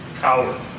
Coward